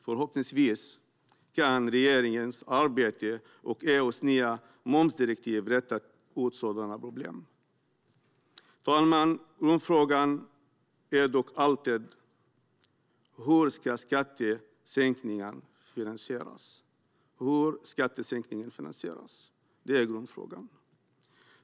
Förhoppningsvis kan regeringens arbete och EU:s nya momsdirektiv räta ut sådana problem. Herr ålderspresident! Grundfrågan är dock alltid: Hur ska skattesänkningen finansieras?